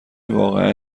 واقعا